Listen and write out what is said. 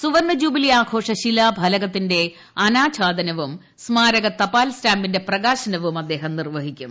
സുവർണ ജൂബിലി ആഘോഷ ശിലാ ഫലകത്തിന്റെ അനാച്ഛാദനവും സ്മാരക തപാൽ സ്റ്റാമ്പിന്റെ പ്രകാശനവും അദ്ദേഹം നിർവ്വഹിക്കും